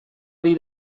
ari